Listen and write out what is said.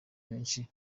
benshi